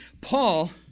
Paul